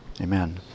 Amen